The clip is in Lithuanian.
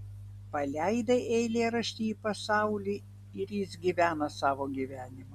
paleidai eilėraštį į pasaulį ir jis gyvena savo gyvenimą